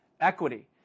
equity